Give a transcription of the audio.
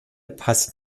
passt